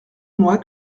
moi